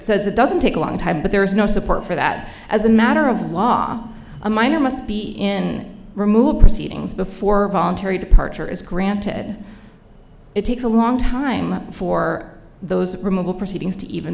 says it doesn't take a long time but there is no support for that as a matter of law a minor must be in remove proceedings before voluntary departure is granted it takes a long time for those removal proceedings to even